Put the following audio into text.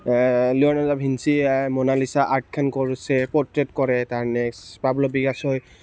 Leonardo da ভিঞ্চিয়ে Mona Lisa আৰ্টখন কৰিছে পৰ্ট্ৰেট কৰে তাৰ নেক্সট পাবল' পিকাচ'য়ে